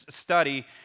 study